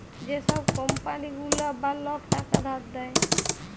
যে ছব কম্পালি গুলা বা লক টাকা ধার দেয়